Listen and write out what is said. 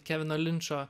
kevino linčo